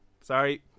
Sorry